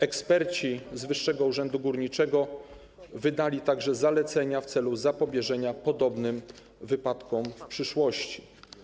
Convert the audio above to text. Eksperci z Wyższego Urzędu Górniczego wydali także zalecenia w celu zapobieżenia podobnym wypadkom w przyszłości.